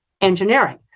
engineering